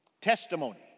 testimony